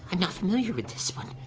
and not familiar with this one!